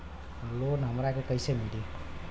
Loan हमरा के कईसे मिली?